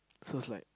so is like